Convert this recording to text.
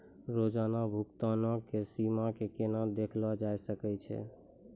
रोजाना भुगतानो के सीमा के केना देखलो जाय सकै छै?